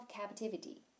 captivity